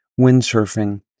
windsurfing